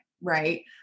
Right